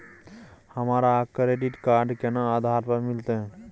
हमरा credit card केना आधार पर मिलते?